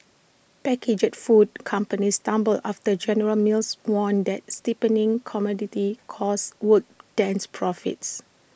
packaged food companies stumbled after general mills warned that steepening commodity costs would dents profits